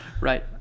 Right